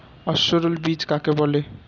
অসস্যল বীজ কাকে বলে?